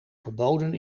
verboden